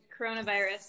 coronavirus